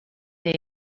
they